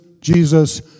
Jesus